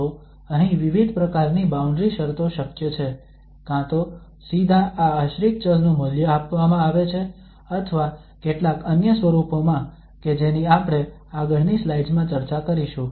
તો અહીં વિવિધ પ્રકારની બાઉન્ડ્રી શરતો શક્ય છે કાં તો સીધા આ આશ્રિત ચલ નું મૂલ્ય આપવામાં આવે છે અથવા કેટલાક અન્ય સ્વરૂપોમાં કે જેની આપણે આગળની સ્લાઇડ્સમાં ચર્ચા કરીશું